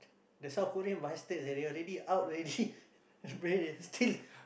the South Korea bastard seh they already out already but they still